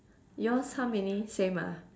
yours how many same ah